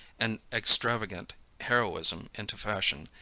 and extravagant heroism into fashion,